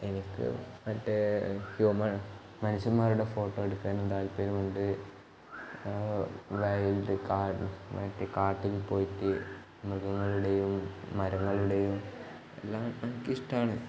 എനിക്ക് മറ്റേ ഹ്യൂമൺ മനുഷ്യന്മാരുടെ ഫോട്ടോ എടുക്കാനും താൽപര്യമുണ്ട് വയിൽഡ് കാട് മറ്റേ കാട്ടിൽ പോയിട്ട് മൃഗങ്ങളുടെയും മരങ്ങളുടെയും എല്ലാം എനിക്ക് ഇഷ്ടമാണ്